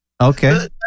Okay